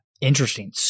interesting